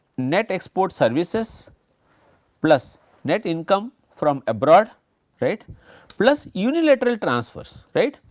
net export services plus net income from abroad right plus unilateral transfers right.